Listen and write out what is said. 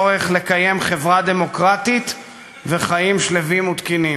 אין לי ספק שהמטרה נבחרה בקפידה ובמחשבה תחילה.